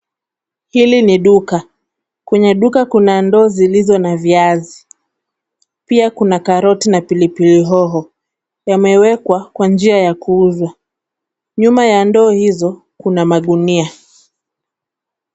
Hili ni duka. Kwenye duka kuna ndoo zilizo na viazi. Pia, kuna karoti na pilipili hoho. Yamewekwa kwa njia ya kuuzwa. Nyuma ya ndoo hizo kuna magunia.